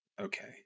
Okay